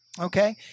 Okay